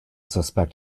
suspect